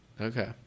Okay